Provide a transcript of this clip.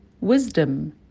wisdom